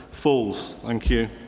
falls. thank you.